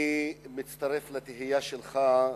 אני מצטרף לתהייה שלך: